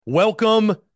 Welcome